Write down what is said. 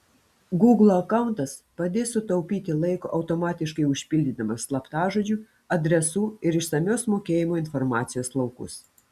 gūglo akauntas padės sutaupyti laiko automatiškai užpildydamas slaptažodžių adresų ir išsamios mokėjimo informacijos laukus